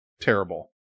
terrible